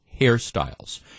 hairstyles